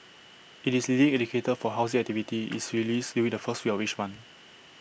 IT is leading indicator for housing activity is released during the first week of each month